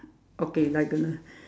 okay diagonal